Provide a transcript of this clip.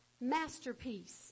masterpiece